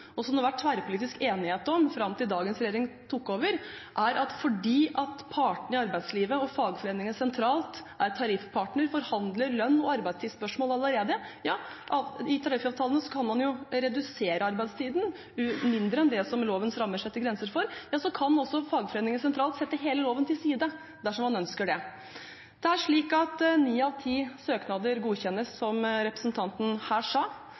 og som det har vært tverrpolitisk enighet om fram til dagens regjering tok over, er at fordi partene i arbeidslivet og fagforeningene sentralt er tariffpartnere og allerede forhandler om lønns- og arbeidstidsspørsmål – itariffavtalene kan man jo redusere arbeidstiden mindre enn det som lovens rammer setter grenser for – kan altså fagforeningene sentralt sette hele loven til side dersom man ønsker det. Det er slik at ni av ti søknader godkjennes, som representanten her sa.